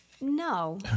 No